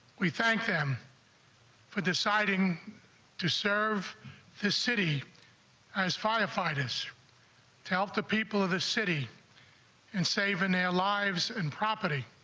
we thank them for deciding to serve the city as firefighters to help the people of the city and save in their lives and property